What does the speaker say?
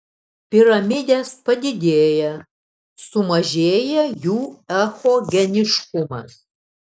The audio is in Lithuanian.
piramidės padidėja sumažėja jų echogeniškumas